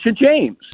James